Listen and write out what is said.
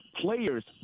players